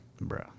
Bro